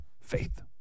Faith